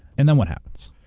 and then what happens?